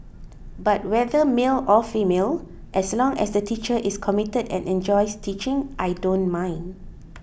but whether male or female as long as the teacher is committed and enjoys teaching I don't mind